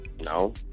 No